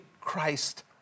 christ